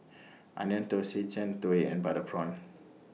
Onion Thosai Jian Dui and Butter Prawn